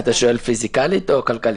אתה שואל פיזיקלית או כלכלית?